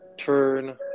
Turn